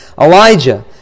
Elijah